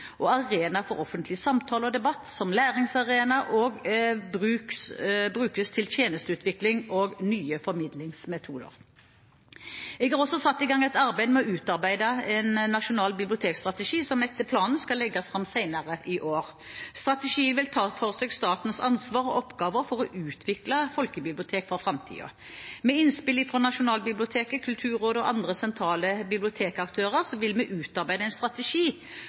og arena for offentlig samtale og debatt, som læringsarena, og skal brukes til tjenesteutvikling og nye formidlingsmetoder. Jeg har også satt i gang et arbeid med å utarbeide en nasjonal bibliotekstrategi, som etter planen legges fram senere i år. Strategien vil ta for seg statens ansvar og oppgaver for å utvikle folkebibliotek for framtiden. Med innspill fra Nasjonalbiblioteket, Kulturrådet og andre sentrale bibliotekaktører vil vi utarbeide en strategi